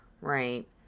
right